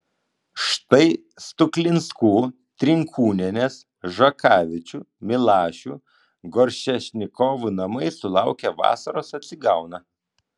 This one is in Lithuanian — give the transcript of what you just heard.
štai stuklinskų trinkūnienės žakavičių milašių goršečnikovų namai sulaukę vasaros atsigauna